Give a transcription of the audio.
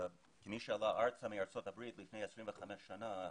כמי שעלה ארצה מארצות הברית לפני 25 שנים,